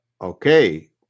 Okay